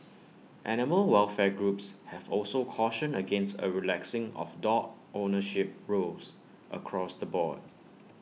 animal welfare groups have also cautioned against A relaxing of dog ownership rules across the board